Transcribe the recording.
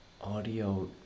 audio